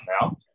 now